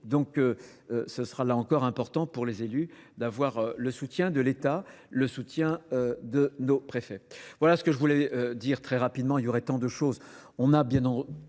Donc ce sera là encore important pour les élus d'avoir le soutien de l'État, le soutien de nos préfets. Voilà ce que je voulais dire très rapidement, il y aurait tant de choses.